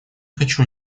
хочу